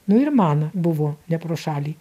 nu ir man buvo ne pro šalį